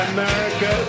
America